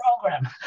program